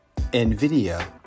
NVIDIA